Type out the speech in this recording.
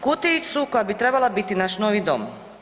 Kutijicu koja bi trebala biti naš novi dom.